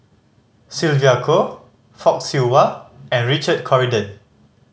Sylvia Kho Fock Siew Wah and Richard Corridon